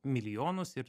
milijonus ir